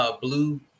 Blue